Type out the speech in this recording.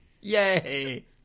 Yay